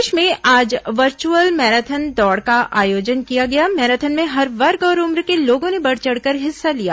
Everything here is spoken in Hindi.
प्रदेश में आज वर्चुअल मैराथन दौड़ का आयोजन किया गया मैराथन में हर वर्ग और उम्र के लोगों ने बढ़ चढ़कर हिस्सा लिया